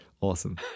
awesome